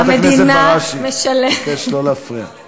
חברת הכנסת בראשי, אני מבקש לא להפריע.